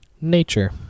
Nature